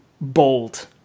bold